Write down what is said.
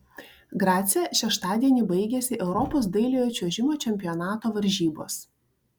grace šeštadienį baigėsi europos dailiojo čiuožimo čempionato varžybos